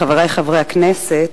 חברי חברי הכנסת,